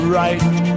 right